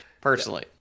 personally